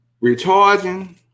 recharging